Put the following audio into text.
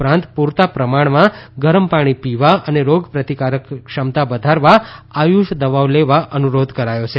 ઉપરાંત પૂરતા પ્રમાણમાં ગરમ પાણી પીવા અને રોગપ્રતિકારક ક્ષમતા વધારવા આયુષ દવાઓ લેવા અનુરોધ કરાયો છે